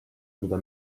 mida